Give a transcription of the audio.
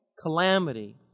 calamity